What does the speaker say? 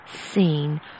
seen